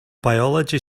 biology